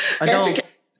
adults